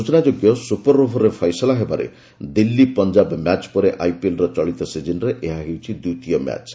ସୂଚନା ଯୋଗ୍ୟ ସୁପର ଓଭରରେ ଫୈସଲା ହେବାରେ ଦିଲ୍ଲୀ ପଞ୍ଜାବ ମ୍ୟାଚ୍ ପରେ ଆଇପିଏଲ୍ର ଚଳିତ ସିଜିନ୍ର ଏହା ହେଉଛି ଦ୍ୱିତୀୟ ମ୍ୟାଚ୍